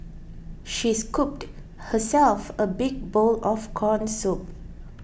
she scooped herself a big bowl of Corn Soup